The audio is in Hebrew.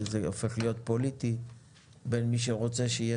זה הופך להיות פוליטי בין מי שרוצה שיהיה